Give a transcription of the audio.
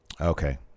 Okay